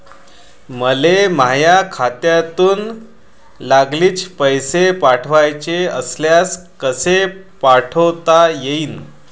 मले माह्या खात्यातून लागलीच पैसे पाठवाचे असल्यास कसे पाठोता यीन?